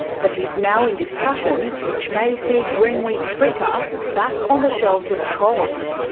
but he's now in discussions which may see greenwheat freekeh back on the shelves of coles.